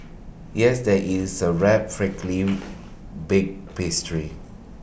yes there is sir wrapped flaky baked pastry